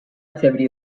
activity